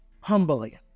humbly